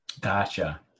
Gotcha